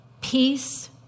peace